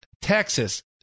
Texas